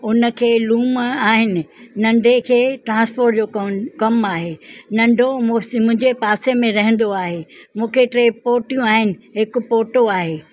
उन खे लूम आहिनि नंढे खे ट्रांसपोर्ट जो कमु आहे नंढो मुंहिंजे पासे में रहंदो आहे मूंखे टे पोटियूं आहिनि हिकु पोटो आहे